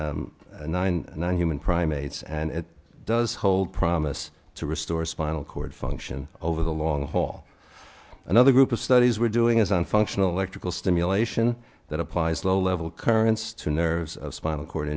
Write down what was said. in nine nine human primates and it does hold promise to restore spinal cord function over the long haul another group of studies we're doing is on functional electrical stimulation that applies low level currents to nerves of spinal cord